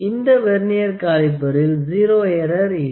இந்த வெர்னியர் காலிப்பரில் zero error இல்லை